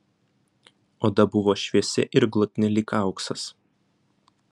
oda buvo šviesi ir glotni lyg auksas